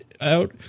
out